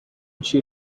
she